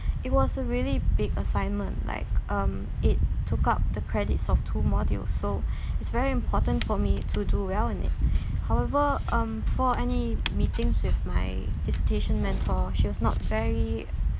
it was a really big assignment like um it took up the credits of two modules so it's very important for me to do well in it however um for any meetings with my dissertation mentor she was not very